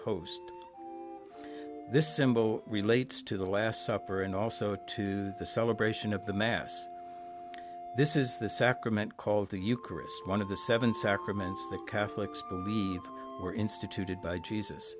host this symbol relates to the last supper and also to the celebration of the mass this is the sacrament called the eucharist one of the seven sacraments the catholics believe were instituted by jesus